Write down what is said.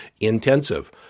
intensive